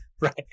Right